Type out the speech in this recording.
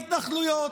להתנחלויות,